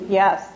yes